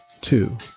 two